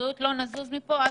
לדבר.